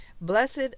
Blessed